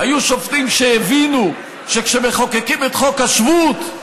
היו שופטים שהבינו שכשמחוקקים את חוק השבות,